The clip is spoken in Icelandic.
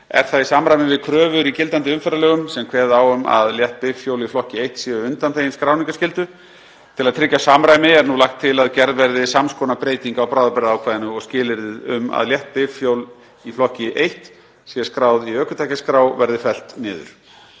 Er það í samræmi við kröfur í gildandi umferðarlögum sem kveða á um að létt bifhjól í flokki I séu undanþegin skráningarskyldu. Til að tryggja samræmi er nú lagt til að gerð verði sams konar breyting á bráðabirgðaákvæðinu og skilyrðið um að létt bifhjól í flokki I sé skráð í ökutækjaskrá verði fellt niður.